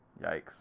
Yikes